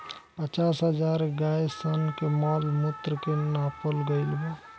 पचास हजार गाय सन के मॉल मूत्र के नापल गईल बा